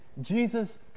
Jesus